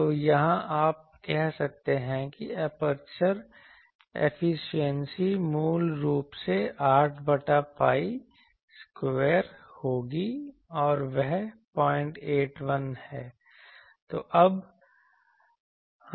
तो यहाँ आप कह सकते हैं कि एपर्चर एफिशिएंसी मूल रूप से 8 बटा pi स्क्वायर होगी और वह 081 है